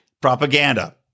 Propaganda